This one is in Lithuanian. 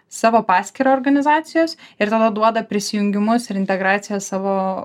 savo paskyrą organizacijos ir tada duoda prisijungimus ir integraciją savo